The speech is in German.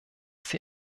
sie